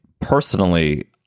personally